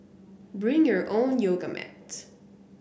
bring your own yoga mat